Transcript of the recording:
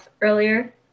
earlier